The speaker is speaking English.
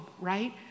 right